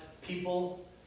people